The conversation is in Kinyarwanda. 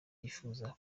yifuza